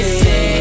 say